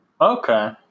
okay